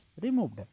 removed